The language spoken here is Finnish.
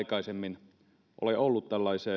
aikaisemmin ole ollut